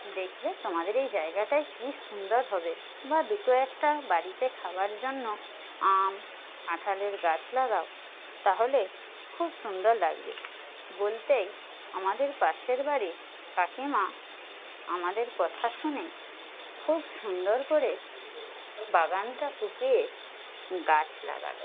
দেখবে তোমাদের এই জায়গাটায় কি সুন্দর হবে বা দুটো একটা বাড়িতে খাবার জন্য আম কাঁঠালের গাছ লাগাও তাহলে খুব সুন্দর লাগবে বলতেই আমাদের পাশের বাড়ি কাকিমা আমাদের কথা শুনে খুব সুন্দর করে বাগানটা কুপিয়ে গাছ লাগালো